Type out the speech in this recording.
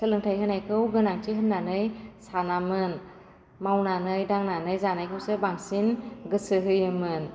सोलोंथाइ होनायखौ गोनांथि होन्नानै सानामोन मावनानै दांनानै जानायखौसो बांसिन गोसो होयोमोन